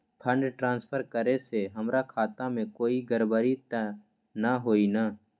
Fund transfer करे से हमर खाता में कोई गड़बड़ी त न होई न?